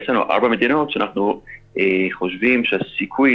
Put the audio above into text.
יש לנו ארבע מדינות שאנחנו חושבים שהסיכוי